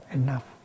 enough